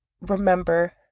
remember